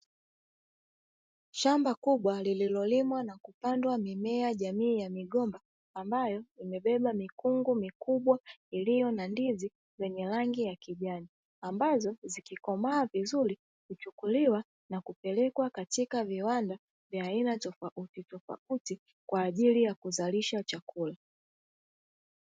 Shamba kubwa lililolimwa na kupandwa mimea jamii ya migomba ambayo imebeba mikungu mikubwa iliyo na ndizi zenye rangi ya kijani, ambazo zikikomaa vizuri huchukuliwa na kupelekwa katika viwanda vya aina tofauti tofauti kwa kuzalisha chakula.